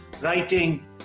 writing